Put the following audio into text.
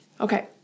Okay